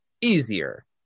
easier